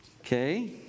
Okay